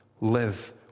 live